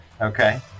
Okay